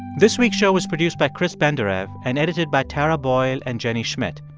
this week's show was produced by chris benderev and edited by tara boyle and jenny schmidt.